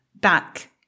back